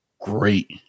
great